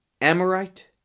Amorite